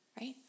Right